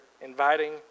inviting